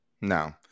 No